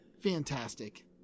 fantastic